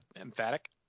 emphatic